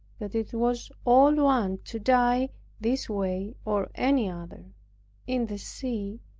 that it was all one to die this way or any other in the sea,